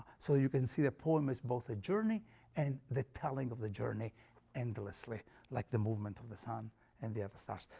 so you can see the poem as both a journey and the telling of the journey endlessly like the movement of the sun and the other stars.